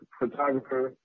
photographer